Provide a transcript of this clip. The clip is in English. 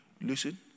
listen